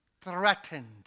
threatened